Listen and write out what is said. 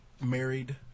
Married